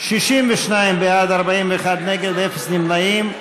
62 בעד, 41 נגד, אין נמנעים.